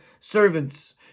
servants